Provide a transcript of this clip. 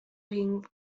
being